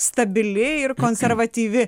stabili ir konservatyvi